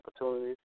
opportunities